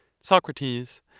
Socrates